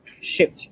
Shoot